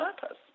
purpose